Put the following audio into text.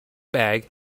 bag